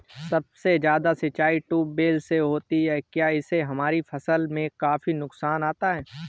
सबसे ज्यादा सिंचाई ट्यूबवेल से होती है क्या इससे हमारे फसल में काफी नुकसान आता है?